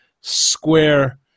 square